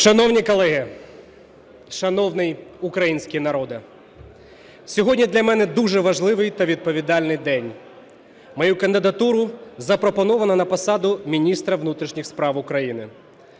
Шановні колеги, шановний український народе! Сьогодні для мене дуже важливий та відповідальний день. Мою кандидатуру запропоновано на посаду міністра внутрішніх справ України.